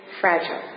fragile